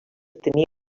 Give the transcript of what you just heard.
tenir